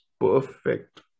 perfect